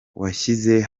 washyize